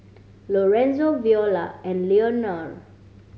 Lorenzo Viola and Leonor